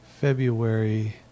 February